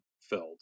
filled